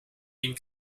been